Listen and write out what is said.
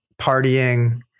partying